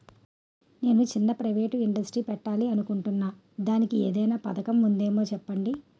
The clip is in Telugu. నేను చిన్న ప్రైవేట్ ఇండస్ట్రీ పెట్టాలి అనుకుంటున్నా దానికి ఏదైనా పథకం ఉందేమో చెప్పండి?